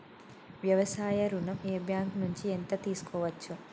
వ్యవసాయ ఋణం ఏ బ్యాంక్ నుంచి ఎంత తీసుకోవచ్చు?